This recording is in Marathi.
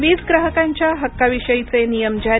वीज ग्राहकांच्या हक्कांविषयीचे नियम जारी